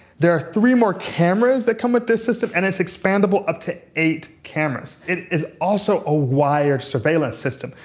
there are three more cameras that come with this system, and it's expandable up to eight cameras. it is also a wired surveillance system.